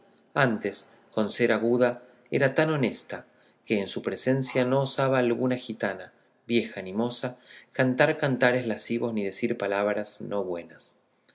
antes con ser aguda era tan honesta que en su presencia no osaba alguna gitana vieja ni moza cantar cantares lascivos ni decir palabras no buenas